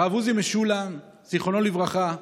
הרב עוזי משולם, זיכרונו לברכה,